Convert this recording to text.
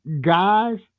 guys